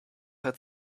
had